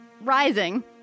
rising